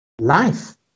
life